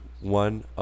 one